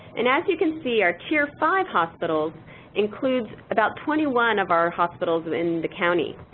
and as you can see, our tier five hospitals include about twenty one of our hospitals within the county.